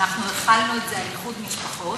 כשהיית שרת הבריאות,